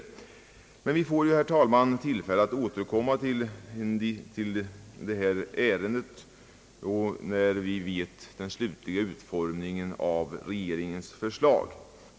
Emellertid får vi ju, herr talman, tillfälle att återkomma till det här ärendet, när vi vet den slutliga utformningen av regeringens förslag.